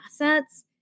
assets